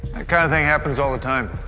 kind of thing happens all the time.